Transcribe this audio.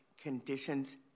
conditions